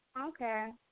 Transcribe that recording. Okay